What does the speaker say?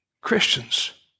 Christians